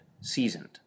seasoned